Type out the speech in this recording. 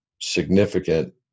significant